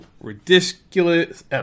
ridiculous